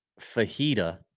Fajita